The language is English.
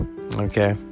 okay